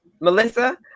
Melissa